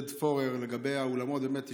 פורר ולהזכיר לגבי האולמות ובאמת,